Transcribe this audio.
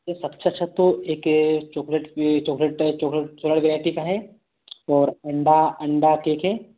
यह सबसे अच्छा तो एक chocolate chocolate type chocolate variety का है और अण्डा अण्डा केक है